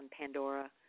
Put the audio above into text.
Pandora